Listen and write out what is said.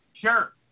Sure